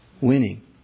Winning